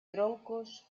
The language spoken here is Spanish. troncos